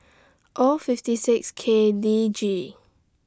O fifty six K D G